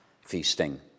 feasting